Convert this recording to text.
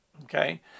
Okay